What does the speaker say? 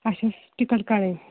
اَسہِ ٲسۍ ٹِکٹ کَڈٕنۍ